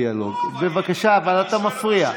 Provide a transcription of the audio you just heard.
מתוך התחקיר, מתקיים קשר, אל תפריעו לי.